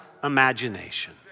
imagination